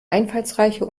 einfallsreiche